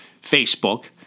Facebook